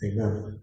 Amen